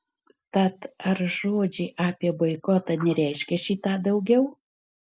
tad ar žodžiai apie boikotą nereiškia šį tą daugiau